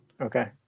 Okay